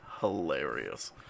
hilarious